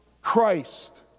christ